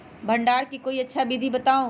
भंडारण के कोई अच्छा विधि बताउ?